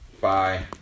Bye